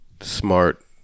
smart